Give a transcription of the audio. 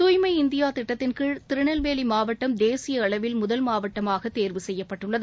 தூய்மை இந்தியாதிட்டத்தின்கீழ் திருநெல்வேலிமாவட்டம் தேசியஅளவில் முதல் மாவட்டமாகதேர்வு செய்யப்பட்டுள்ளது